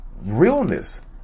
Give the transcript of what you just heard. realness